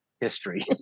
history